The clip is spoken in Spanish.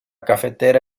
cafetera